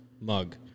mug